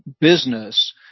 business